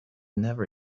never